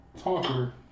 talker